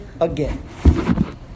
again